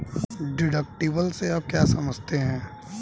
Deductible से आप क्या समझते हैं?